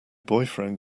boyfriend